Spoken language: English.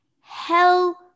Hell